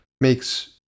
makes